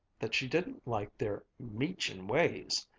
that she didn't like their meechin' ways,